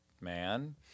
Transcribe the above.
man